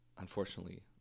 Unfortunately